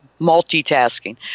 multitasking